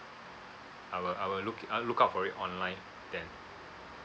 I will I will look it look out for it online then